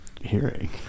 hearing